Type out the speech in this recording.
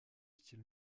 style